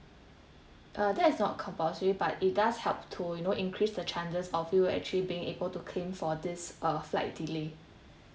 ah that is not compulsory but it does help to you know increase the chances of you actually being able to claim for this uh flight delay